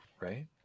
Right